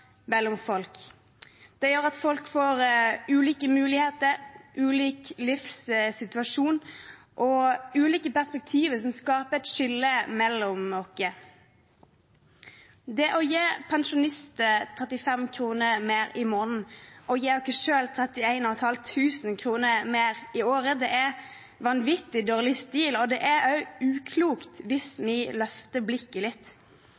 Det gjør at folk får ulike muligheter, ulik livssituasjon og ulike perspektiver, noe som skaper et skille mellom oss. Det å gi pensjonister 35 kr mer i måneden og oss selv 31 500 kr mer i året er vanvittig dårlig stil, og det er også uklokt hvis vi løfter blikket litt.